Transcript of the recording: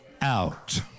out